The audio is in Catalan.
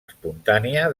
espontània